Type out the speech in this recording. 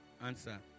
answer